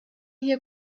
hier